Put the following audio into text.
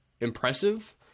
impressive